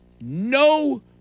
no